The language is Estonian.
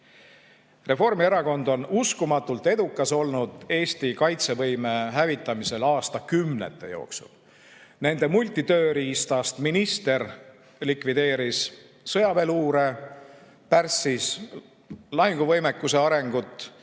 Reformierakond on uskumatult edukas olnud Eesti kaitsevõime hävitamisel aastakümnete jooksul. Nende multitööriistast minister likvideeris sõjaväeluure, pärssis lahinguvõimekuse arengut,